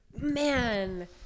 man